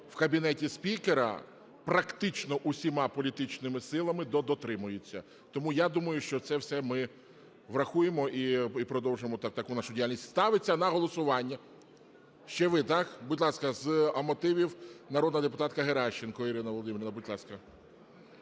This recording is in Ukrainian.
в кабінеті спікера, практично усіма політичними силами дотримуються. Тому я думаю, що це все ми врахуємо і продовжимо таку нашу діяльність. Ставиться на голосування... Ще ви, так? Будь ласка, з мотивів – народна депутатка Геращенко Ірина Володимирівна. Будь ласка.